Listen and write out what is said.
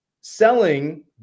Selling